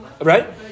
Right